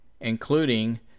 including